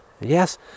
yes